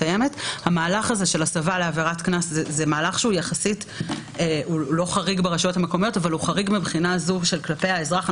והמהלך של הסבה לעבירת קנס הוא מהלך חריג מבחינת היחס כלפי האזרח,